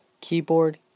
Keyboard